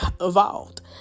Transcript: evolved